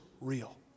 real